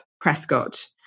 Prescott